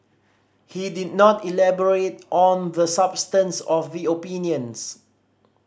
he did not elaborate on the substance of the opinions